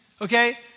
okay